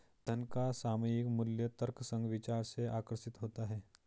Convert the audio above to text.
धन का सामयिक मूल्य तर्कसंग विचार से आकर्षित होता है